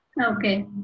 Okay